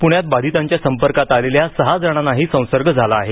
पुण्यात बाधितांच्या संपर्कात आलेल्या सहा जणांनाही संसर्ग झाला आहे